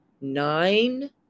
nine